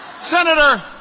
Senator